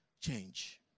change